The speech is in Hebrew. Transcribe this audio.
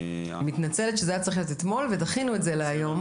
אני מתנצלת שזה היה צריך להיות אתמול ודחינו את זה להיום.